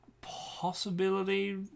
possibility